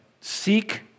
seek